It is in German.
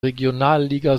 regionalliga